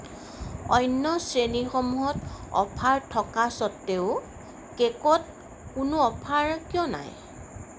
অন্য শ্ৰেণীসমূহত অফাৰ থকা স্বত্তেও কে'কত কোনো অফাৰ কিয় নাই